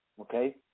okay